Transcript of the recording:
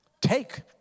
Take